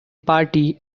party